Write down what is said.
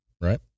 right